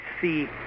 see